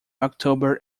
october